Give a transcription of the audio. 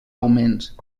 augments